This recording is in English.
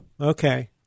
Okay